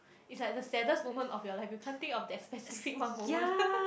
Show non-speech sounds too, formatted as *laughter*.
it's like the saddest moment of your life you can't think of that specific one moment *laughs*